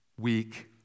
weak